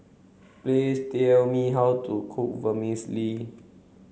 please tell me how to cook Vermicelli